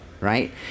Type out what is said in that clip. right